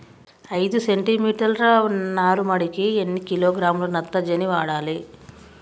ఐదు సెంటిమీటర్ల నారుమడికి ఎన్ని కిలోగ్రాముల నత్రజని వాడాలి?